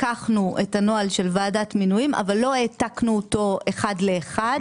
לקחנו את הנוהל של ועדת המינויים אבל לא העתקנו אותו אחד לאחד.